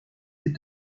ses